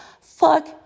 Fuck